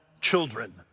children